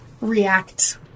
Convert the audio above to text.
react